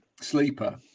Sleeper